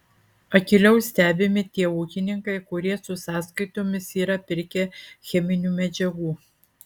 akyliau stebimi tie ūkininkai kurie su sąskaitomis yra pirkę cheminių medžiagų